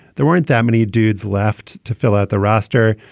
there weren't that many dudes left to fill out the roster.